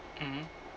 mmhmm